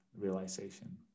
realization